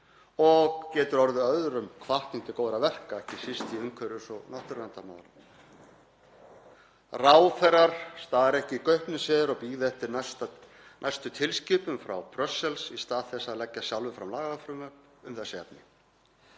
og getur orðið öðrum hvatning til góðra verka, ekki síst í umhverfis- og náttúruverndarmálum, að ráðherrar stari ekki í gaupnir sér og bíði eftir næstu tilskipun frá Brussel í stað þess að leggja sjálfir fram lagafrumvörp um þessi efni.